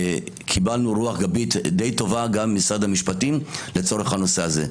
קיבלנו רוח גבית די טובה גם ממשרד המשפטים לצורך הנושא הזה.